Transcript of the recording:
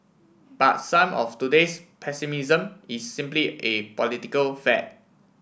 but some of today's pessimism is simply a political fad